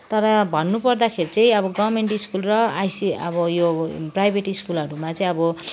तर भन्नु पर्दाखेरि चाहिँ अब गभर्मेन्ट स्कुल र आईसी अब यो प्राइभेट स्कुलहरूमा चाहिँ अब